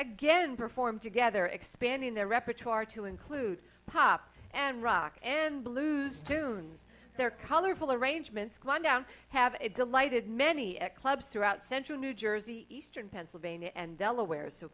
again performed together expanding their repertoire to include pop and rock and blues tunes their colorful arrangements gone down have it delighted many clubs throughout central new jersey eastern pennsylvania and delaware so